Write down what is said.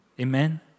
Amen